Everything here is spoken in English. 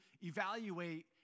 evaluate